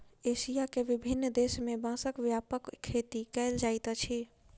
Asia के विभिन्न देश में बांसक व्यापक खेती कयल जाइत अछि